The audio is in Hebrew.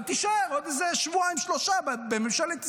ותישאר עוד איזה שבועיים-שלושה בממשלת ישראל.